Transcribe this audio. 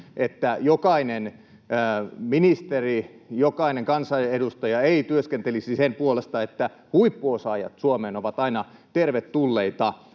että jokainen ministeri ja jokainen kansanedustaja ei työskentelisi sen puolesta, että huippuosaajat Suomeen ovat aina tervetulleita.